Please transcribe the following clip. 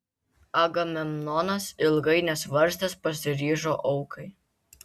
agamemnonas ilgai nesvarstęs pasiryžo aukai